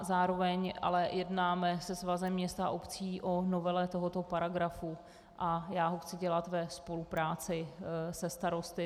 Zároveň ale jednáme se Svazem měst a obcí o novele tohoto paragrafu a já ho chci dělat ve spolupráci se starosty.